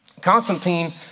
Constantine